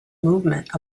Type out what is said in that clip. movement